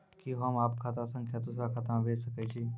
कि होम आप खाता सं दूसर खाता मे भेज सकै छी?